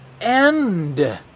end